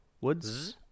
woods